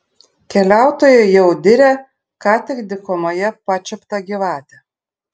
keliautojai jau diria ką tik dykumoje pačiuptą gyvatę